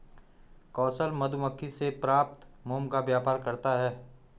कौशल मधुमक्खी से प्राप्त मोम का व्यापार करता है